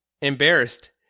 embarrassed